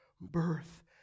birth